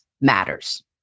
matters